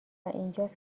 اینجاست